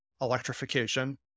electrification